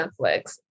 Netflix